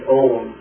own